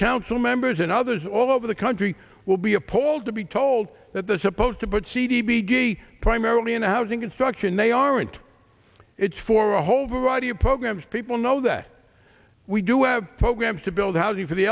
council members and others all over the country will be appalled to be told that the supposed to put c d b gate primarily in housing construction they aren't it's for a whole variety of programs people know that we do have programs to build housing for the